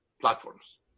platforms